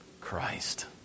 Christ